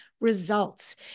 results